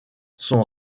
son